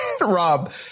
Rob